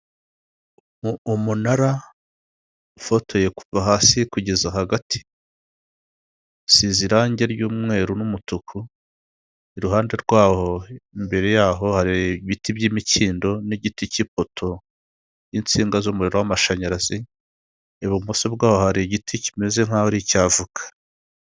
Umunara ufotoye kuva hasi kugeza hagati usize irange ry'umweru n'umutuku iruhande rwaho imbere yaho hari ibiti by'imikindo n'igiti cy'ipoto n'insinga z'umuriro w'amashanyarazi, ibumoso bwaho hari igiti kimeze nkaho ari igiti cy'avoka